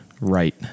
right